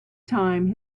time